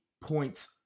points